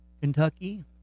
kentucky